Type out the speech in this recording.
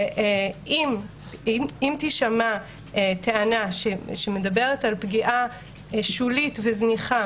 ואם תישמע טענה שמדברת על פגיעה שולית וזניחה,